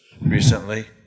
recently